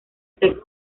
sect